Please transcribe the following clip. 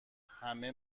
همه